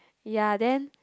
ya then